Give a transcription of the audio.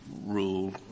rule